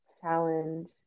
challenge